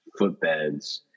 footbeds